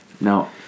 no